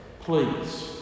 Please